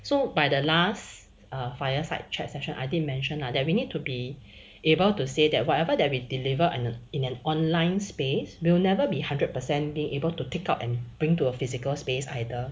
so by the last err fireside chat session I did mention ah that we need to be able to say that whatever that we deliver in in an online space will never be hundred percent be able to take out and bring to a physical space either